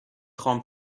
خوام